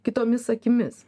kitomis akimis